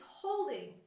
holding